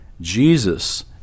Jesus